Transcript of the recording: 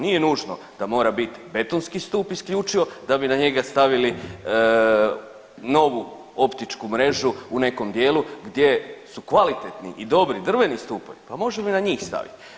Nije nužno da mora biti betonski stup isključivo da bi na njega stavili novu optičku mrežu u nekom dijelu gdje su kvalitetni i dobri drveni stupovi, pa možemo i na njih staviti.